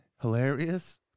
hilarious